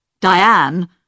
Diane